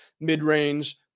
mid-range